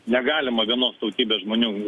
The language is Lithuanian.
negalima vienos tautybės žmonių